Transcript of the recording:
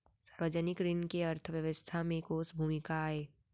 सार्वजनिक ऋण के अर्थव्यवस्था में कोस भूमिका आय?